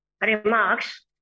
remarks